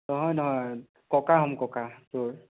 নহয় নহয় ককা হ'ম ককা ছিয়'ৰ